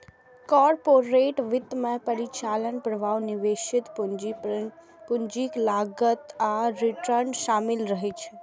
corporate वित्त मे परिचालन प्रवाह, निवेशित पूंजी, पूंजीक लागत आ रिटर्न शामिल रहै छै